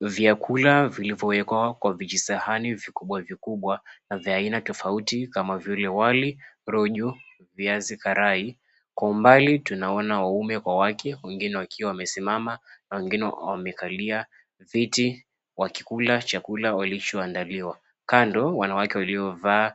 Vyakula vilivyowekwa kwa vijisahani vikubwa vikuwa na vya aina tofauti kama vile wali, rojo, viazi karai, kwa umbali tunaona waume kwa wake wengine wakiwa wamesimama na wengine wamekalia viti wakikula chakula walichoandaliwa. Kando wanawake waliovaa